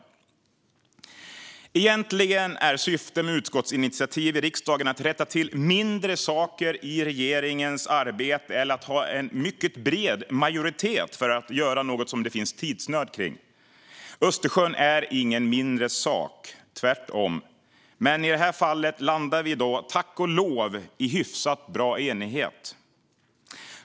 Egentligen är syftet med utskottsinitiativ i riksdagen att rätta till mindre saker i regeringens arbete eller att ha en mycket bred majoritet för att göra något som det finns tidsnöd kring. Östersjön är ingen mindre sak, tvärtom. Men i det här fallet landar vi tack och lov hyfsat bra i enighet.